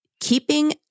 keeping